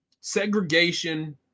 segregation